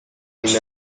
این